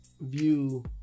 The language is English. view